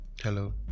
Hello